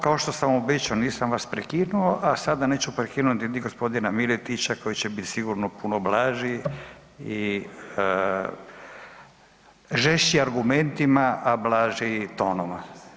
Kao što sam obećao nisam vas prekinu, a sada neću prekinuti ni gospodina Miletića koji će biti sigurno puno blaži i žešći argumentima, a blaži tonom.